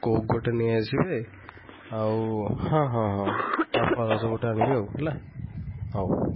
Coke ଗୋଟେ ନେଇଆସିବେ ଆଉ ହଁ ହଁ ହଁ ଆଉ ଫଳ ରସ ଗୋଟେ ଆଣିବେ ହେଲା ହଉ